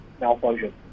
malfunction